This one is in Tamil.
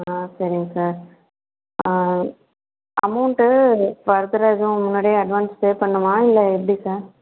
ஆ சரிங்க சார் அமொவுண்ட்டு ஃபர்த்தராக எதுவும் முன்னாடியே அட்வான்ஸ் பே பண்ணனுமா இல்லை எப்படி சார்